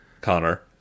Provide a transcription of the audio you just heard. Connor